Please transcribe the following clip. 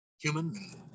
human